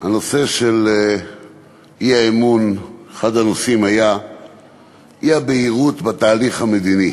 אחד הנושאים של האי-אמון היה האי-בהירות בתהליך המדיני.